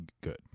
good